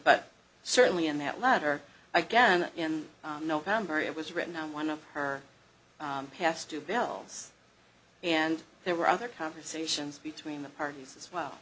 but certainly in that letter again in november it was written on one of her past two bells and there were other conversations between the parties as well